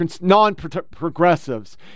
non-progressives